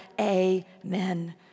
amen